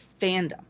fandom